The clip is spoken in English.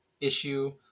issue